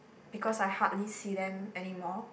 because I hardly see them anymore